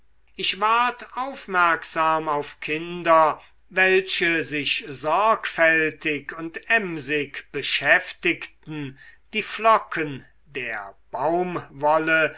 ich ward aufmerksam auf kinder welche sich sorgfältig und emsig beschäftigten die flocken der baumwolle